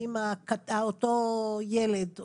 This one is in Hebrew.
אותו ילד,